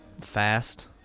fast